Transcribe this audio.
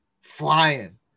flying